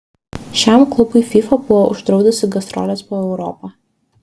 šiam klubui fifa buvo uždraudusi gastroles po europą